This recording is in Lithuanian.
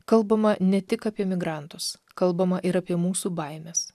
kalbama ne tik apie migrantus kalbama ir apie mūsų baimes